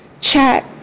chat